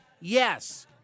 yes